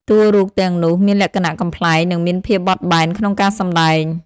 តួរូបទាំងនោះមានលក្ខណៈ កំប្លែង និងមានភាពបត់បែនក្នុងការសម្តែង។